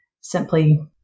simply